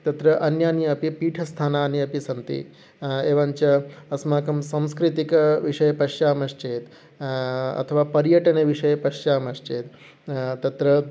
तत्र अन्यानि अपि पीठस्थानानि सन्ति एवञ्च अस्माकं सांस्कृतिकविषये पश्यामश्चेत् अथवा पर्यटनविषये पश्चामश्चेत् तत्र